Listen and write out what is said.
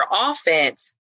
offense